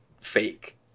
fake